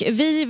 vi